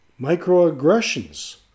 Microaggressions